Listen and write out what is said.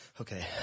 Okay